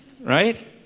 Right